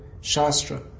Shastra